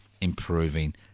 improving